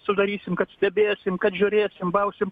sudarysim kad stebėsim kad žiūrėsim bausim